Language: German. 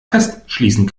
festschließen